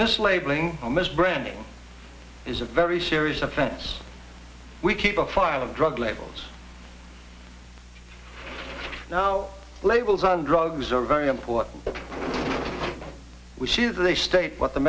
mislabeling almost branding is a very serious offense we keep a file of drug labels now labels on drugs are very important which is a state what the